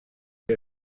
der